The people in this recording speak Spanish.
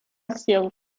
acción